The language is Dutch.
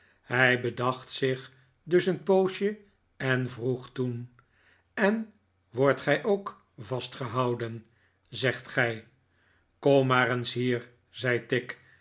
hij bedacht zich dus een poosje en vroeg toen en wordt gij ook vastgehouden zegt gij f kom maar eens hier zei tigg